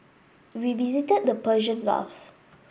we visited the Persian Gulf